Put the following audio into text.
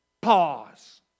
Pause